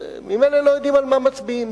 וממילא לא יודעים על מה מצביעים.